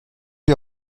les